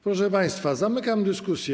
Proszę państwa, zamykam dyskusję.